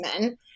men